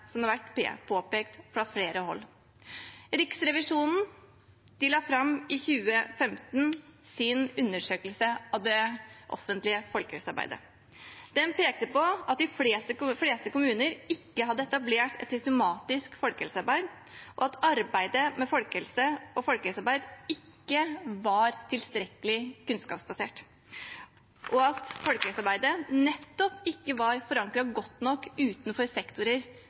som har vært påpekt fra flere hold. Riksrevisjonen la fram i 2015 sin undersøkelse av det offentlige folkehelsearbeidet. Den pekte på at de fleste kommuner ikke hadde etablert et systematisk folkehelsearbeid, at folkehelsearbeid ikke var tilstrekkelig kunnskapsbasert, og at folkehelsearbeidet nettopp ikke var forankret godt nok i sektorer